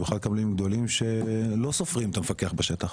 במיוחד קבלנים גדולים שלא סופרים את המפקח בשטח,